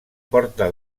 porta